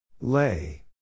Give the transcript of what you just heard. Lay